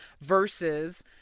versus